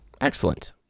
Excellent